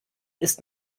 ist